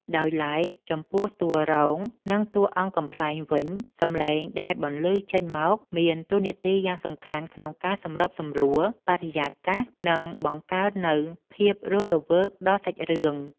ដោយឡែក ចំពោះតួរង និងតួអង្គកំប្លែងវិញ សំឡេងដែលបន្លឺចេញមកមានតួនាទីយ៉ាងសំខាន់ក្នុងការសម្របសម្រួលបរិយាកាស និងការបង្កើននូវភាពរស់រវើកដល់សាច់រឿង។